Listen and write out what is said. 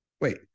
Wait